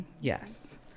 Yes